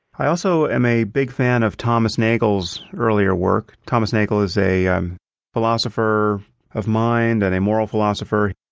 i also am a big fan of thomas nagle's earlier work. thomas nagle is a um philosopher of mind and a moral philosopher.